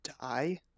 die